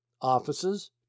offices